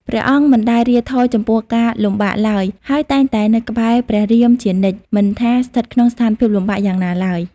ព្រះអង្គមិនដែលរាថយចំពោះការលំបាកឡើយ ហើយតែងតែនៅក្បែរព្រះរាមជានិច្ច មិនថាស្ថិតក្នុងស្ថានភាពលំបាកយ៉ាងណាឡើយ ។